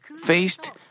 faced